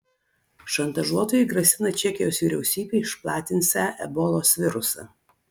šantažuotojai grasina čekijos vyriausybei išplatinsią ebolos virusą